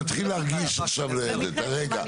רגע,